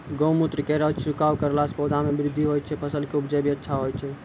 गौमूत्र केरो छिड़काव करला से पौधा मे बृद्धि होय छै फसल के उपजे भी अच्छा होय छै?